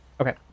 Okay